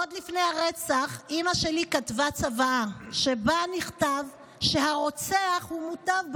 עוד לפני הרצח אימא שלי כתבה צוואה שבה נכתב שהרוצח הוא מוטב בצוואה,